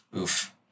Oof